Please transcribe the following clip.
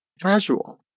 casual